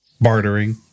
Bartering